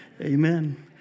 Amen